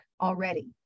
already